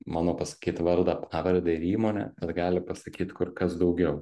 mano pasakyt vardą pavardę ir įmonę bet gali pasakyt kur kas daugiau